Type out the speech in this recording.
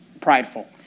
prideful